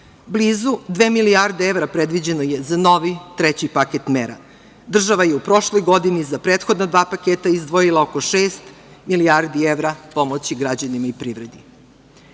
Blizu dve milijardi evra predviđeno je za novi treći paket mera. Država je u prošloj godini i za prethodna dva paketa izdvojila oko šest milijardi evra pomoći građanima i privredi. Jedna